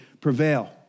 prevail